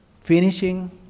Finishing